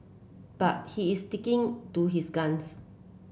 but he is sticking to his guns